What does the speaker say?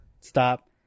stop